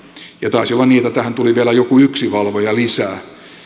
taisi olla niin että tähän tuli vielä jokin yksi valvoja lisää